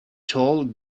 tall